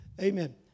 Amen